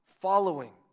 following